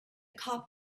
cop